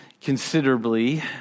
considerably